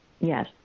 Yes